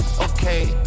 okay